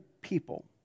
people